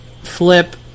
Flip